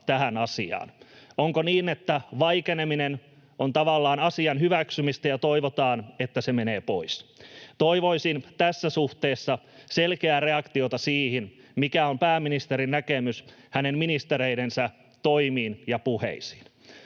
tähän asiaan. Onko niin, että vaikeneminen on tavallaan asian hyväksymistä ja toivotaan, että se menee pois? Toivoisin tässä suhteessa selkeää reaktiota, mikä on pääministerin näkemys hänen ministereidensä toimiin ja puheisiin.